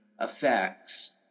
effects